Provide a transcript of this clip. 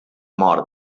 mort